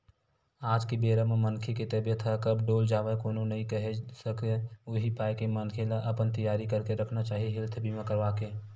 आज के बेरा म मनखे के तबीयत ह कब डोल जावय कोनो नइ केहे सकय उही पाय के मनखे ल अपन तियारी करके रखना चाही हेल्थ बीमा करवाके